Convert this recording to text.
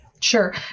Sure